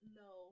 no